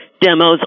demos